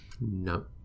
No